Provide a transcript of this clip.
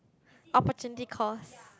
opportunity calls